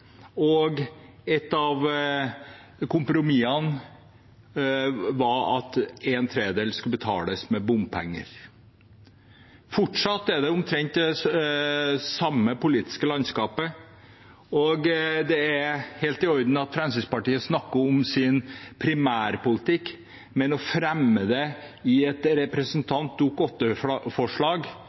etablert. Et av kompromissene var at en tredjedel skulle betales med bompenger. Fortsatt er det omtrent det samme politiske landskapet. Det er helt i orden at Fremskrittspartiet snakker om sin primærpolitikk, men å fremme det i et